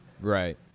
Right